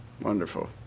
Wonderful